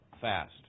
fast